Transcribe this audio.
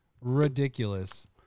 ridiculous